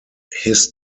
his